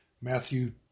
Matthew